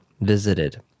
visited